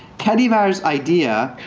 kadivar's idea